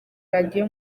radio